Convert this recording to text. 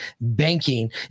banking